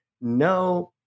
no